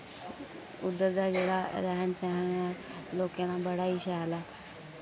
उध्दर दा जेह्ड़ा रैह्न सैह्न ऐ लोकें दा बड़ा ही शैल ऐ